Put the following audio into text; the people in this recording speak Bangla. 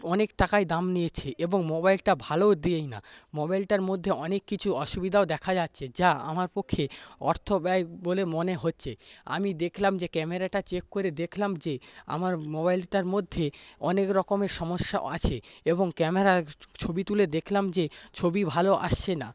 অনেক টাকাই দাম নিয়েছে এবং মোবাইলটা ভালো দেই না মোবাইলটার মধ্যে অনেক কিছু অসুবিধাও দেখা যাচ্ছে যা আমার পক্ষে অর্থ ব্যয় বলে মনে হচ্ছে আমি দেখলাম যে ক্যামেরাটা চেক করে দেখলাম যে আমার মোবাইলটার মধ্যে অনেক রকমের সমস্যা আছে এবং ক্যামেরা ছবি তুলে দেখলাম যে ছবি ভালো আসছে না